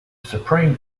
supreme